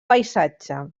paisatge